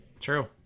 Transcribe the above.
True